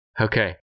Okay